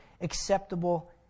acceptable